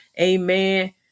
Amen